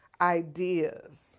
ideas